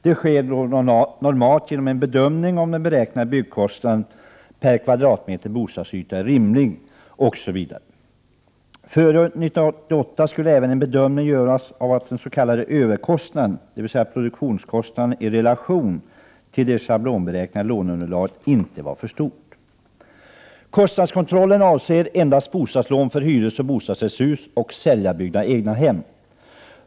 Detta sker normalt bl.a. genom en bedömning av om den beräknade byggkostnaden per kvadratmeter bostadsyta är rimlig. Före år 1988 skulle även en bedömning göras av den s.k. överkostnaden, dvs. produktionskostnaden i relation till det schablonberäknade låneunderlaget, inte var för stor. Kostnadskontrollen avser endast bostadslån för hyresoch bostadsrättshus och säljarbyggda egnahem.